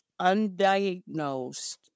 undiagnosed